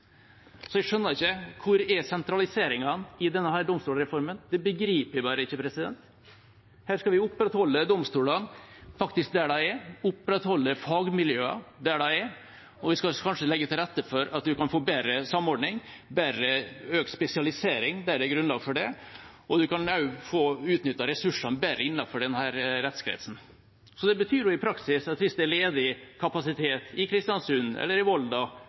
Så jeg skjønner ikke hvor sentraliseringen i denne domstolsreformen er. Det begriper jeg bare ikke. Her skal vi opprettholde domstolene der de er, opprettholde fagmiljøene der de er, og vi skal kanskje legge til rette for at man kan få bedre samordning og økt spesialisering der det er grunnlag for det, og man kan også få utnyttet ressursene bedre innenfor denne rettskretsen. Dette betyr i praksis at hvis det er ledig kapasitet i Kristiansund eller i Volda